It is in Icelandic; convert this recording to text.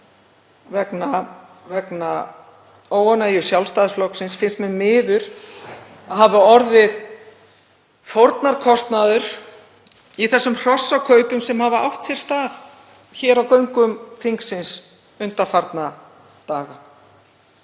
vegna óánægju Sjálfstæðisflokksins, og mér finnst miður að hún hafi orðið fórnarkostnaður í þeim hrossakaupum sem hafa átt sér stað á göngum þingsins undanfarna daga.